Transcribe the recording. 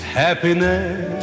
happiness